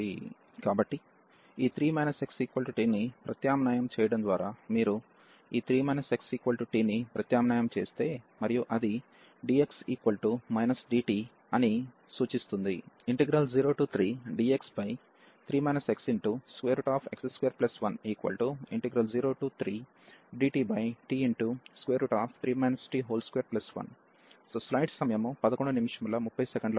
కాబట్టి ఈ 3 xt ని ప్రత్యామ్నాయం చేయడం ద్వారా మీరు ఈ 3 xtని ప్రత్యామ్నాయం చేస్తే మరియు అది dx dt అని సూచిస్తుంది